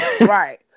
right